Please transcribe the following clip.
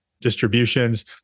distributions